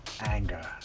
anger